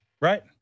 right